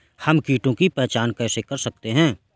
हम कीटों की पहचान कैसे कर सकते हैं?